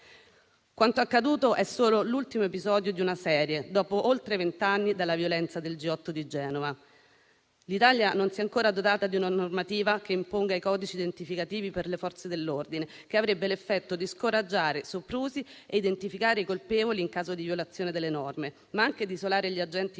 Quanto accaduto è solo l'ultimo episodio di una serie, dopo oltre vent'anni dalla violenza del G8 di Genova. L'Italia non si è ancora dotata di una normativa che imponga i codici identificativi per le Forze dell'ordine, che avrebbe l'effetto di scoraggiare soprusi e identificare i colpevoli in caso di violazione delle norme, ma anche di isolare gli agenti violenti